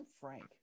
Frank